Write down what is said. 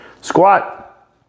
squat